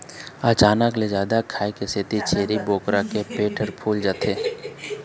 अचानक ले जादा खाए के सेती छेरी बोकरा के पेट ह फूल जाथे